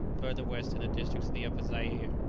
further west in the districts of the upper zaire,